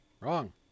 Wrong